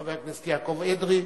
חבר הכנסת יעקב אדרי.